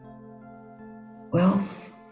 Wealth